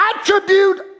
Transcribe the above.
attribute